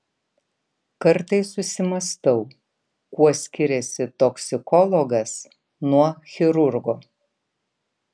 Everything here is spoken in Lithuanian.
kartais susimąstau kuo skiriasi toksikologas nuo chirurgo